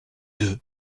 deux